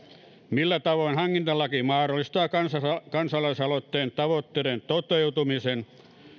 millä tavoin hankintalaki mahdollistaa kansalaisaloitteen tavoitteiden toteutumisen